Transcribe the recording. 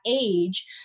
age